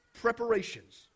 preparations